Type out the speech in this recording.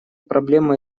проблема